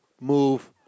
move